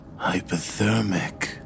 hypothermic